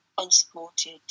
unsupported